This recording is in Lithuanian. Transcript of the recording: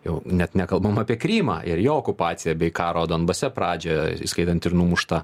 jau net nekalbam apie krymą ir jo okupaciją bei karo donbase pradžią įskaitant ir numuštą